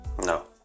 No